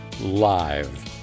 live